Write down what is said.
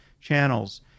channels